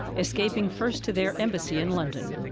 escaping first to their embassy in london.